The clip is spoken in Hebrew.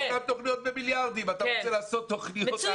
אותן תוכניות במיליארדים.